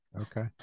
Okay